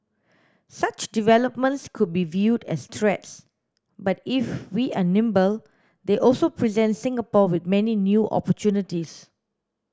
such developments could be viewed as threats but if we are nimble they also present Singapore with many new opportunities